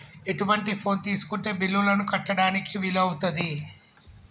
ఎటువంటి ఫోన్ తీసుకుంటే బిల్లులను కట్టడానికి వీలవుతది?